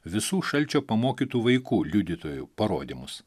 visų šalčio pamokytų vaikų liudytojų parodymus